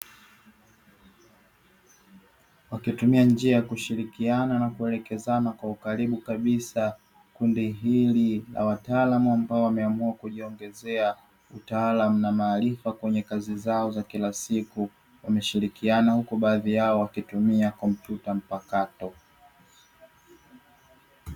Wakitumia njia ya kushirikiana na kuelekezana kwa ukaribu kabisa kundi hili la wataalamu ambao wameamua kujiongezea utaalamu, na maarifa kwenye kazi zao za kila siku wameshirikiana huko baadhi yao wakitumia kompyuta mpakato.